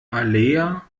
alea